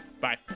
Bye